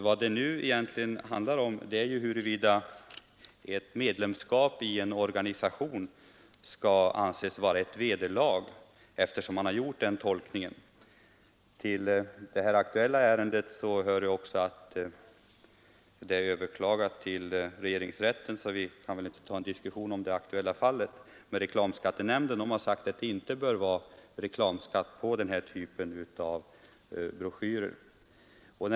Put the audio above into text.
Vad det egentligen handlar om är huruvida ett medlemskap i en organisation skall anses vara ett vederlag — man har ju gjort den tolkningen. Detta ärende har överklagats hos regeringsrätten, och vi kan därför inte ta en diskussion om det aktuella fallet, men reklamskattenämnden har ansett att det inte skall vara reklamskatt på den här typen av broschyrer.